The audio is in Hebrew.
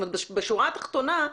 את יודעת,